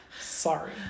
Sorry